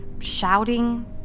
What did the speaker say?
shouting